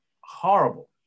horrible